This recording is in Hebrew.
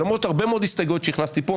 למרות הרבה מאוד הסתייגויות שהכנסתי פה,